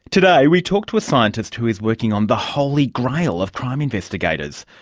today we talk to a scientist who is working on the holy grail of crime investigators,